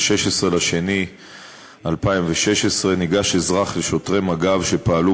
ב-16 בפברואר 2016 ניגש אזרח לשוטרי מג"ב שפעלו